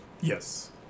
Yes